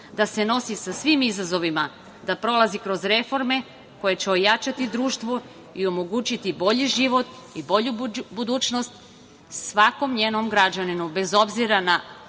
da se nosi sa svim izazovima, da prolazi kroz reforme koje će ojačati društvo i omogućiti bolji život i bolju budućnost svakom njenom građaninu, bez obzira na